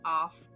off